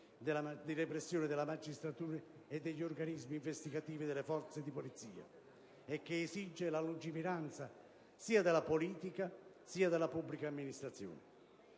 di repressione della magistratura e degli organismi investigativi delle forze di polizia e che esige la lungimiranza della politica e della pubblica amministrazione.